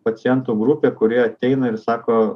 pacientų grupė kurie ateina ir sako